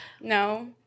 No